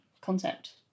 concept